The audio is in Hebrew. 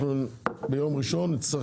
אנחנו ביום ראשון נצטרך,